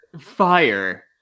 Fire